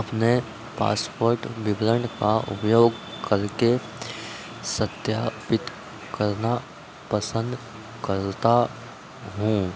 अपने पासपोर्ट विवरण का उपयोग करके सत्यापित करना पसंद करता हूँ